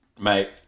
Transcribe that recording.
Mate